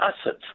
assets